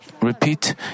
repeat